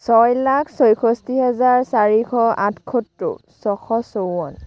ছয় লাখ ছয়ষষ্ঠি হেজাৰ চাৰিশ আঠসত্তৰ ছশ চৌৱন